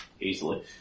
Easily